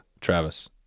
Travis